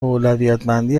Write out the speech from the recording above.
اولویتبندی